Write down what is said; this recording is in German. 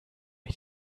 mir